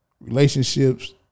Relationships